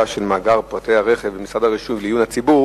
של מאגר פרטי רכב במשרד הרישוי לעיון הציבור